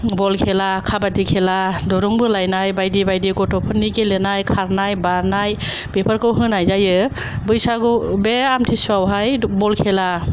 बल खेला खाबादि खेला दुरुं बोलायनाय बायदि बायदि गथ'गेलेनाय खारनाय बारनाय बेफोरखौ होनाय जायो बैसागु बे आमथिसुवायावहाय बल खेला